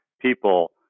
people